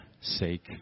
sake